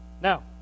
Now